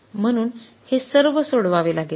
म्हणून हे सर्व सोडवावे लागेल